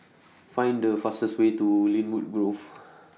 Find The fastest Way to Lynwood Grove